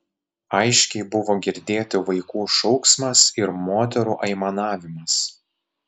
aiškiai buvo girdėti vaikų šauksmas ir moterų aimanavimas